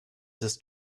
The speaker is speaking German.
ist